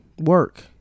work